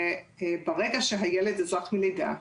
ברגע שהילד אזרח מלידה,